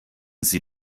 sie